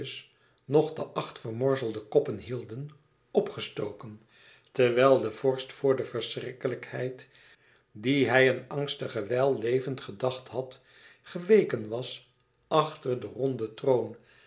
nog de acht vermorzelde koppen hielden p gestoken terwijl de vorst voor de verschrikkelijkheid die hij een angstige wijl levend gedacht had geweken was achter den ronden troon